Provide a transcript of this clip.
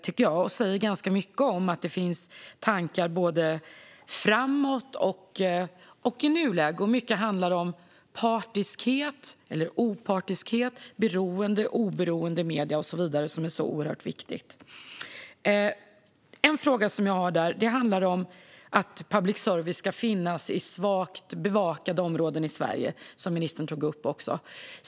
Det säger ganska mycket om att det finns tankar både framåt och i nuläge. Mycket handlar om partiskhet eller opartiskhet, beroende och oberoende medier, och så vidare, som är så oerhört viktigt. Jag har en fråga där. Det handlar om att public service ska finnas i svagt bevakade områden i Sverige, något som också ministern tog upp.